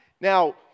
Now